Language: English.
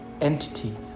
entity